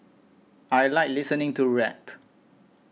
I like listening to rap